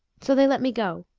so they let me go,